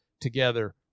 together